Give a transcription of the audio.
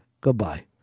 Goodbye